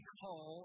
call